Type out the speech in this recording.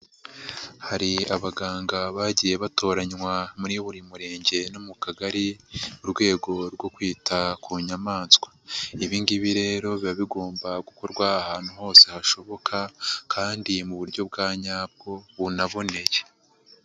Hari abaganga bagiye batoranywa muri buri murenge no mu kagari mu rwego rwo kwita ku nyamaswa, ibi ngibi rero biba bigomba gukorwa ahantu hose hashoboka kandi mu buryo bwa nyabwo bunaboneye.